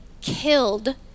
killed